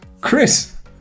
Chris